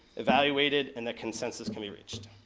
evaluated, and that consensus can be reached.